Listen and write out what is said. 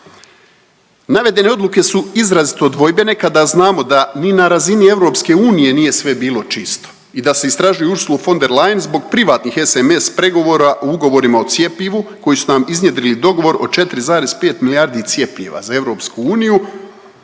Navedene odluke su izrazito dvojbene kada znamo da ni na razini EU nije sve bilo čisto i da se istražuje Ursulu von der Leyen zbog privatnih sms pregovora o ugovorima o cjepivu koji su nam iznjedrili dogovor o 4,5 milijardi cjepiva za EU,